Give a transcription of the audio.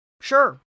Sure